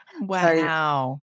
Wow